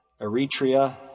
Eritrea